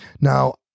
Now